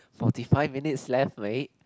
forty five minutes left right